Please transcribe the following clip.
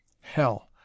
Hell